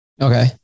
Okay